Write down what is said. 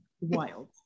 wild